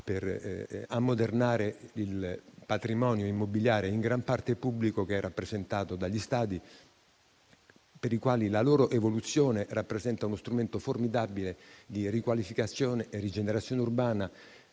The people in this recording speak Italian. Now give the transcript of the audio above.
per ammodernare il patrimonio immobiliare, in gran parte pubblico, che è rappresentato dagli stadi, la cui evoluzione rappresenta uno strumento formidabile di riqualificazione e rigenerazione urbana,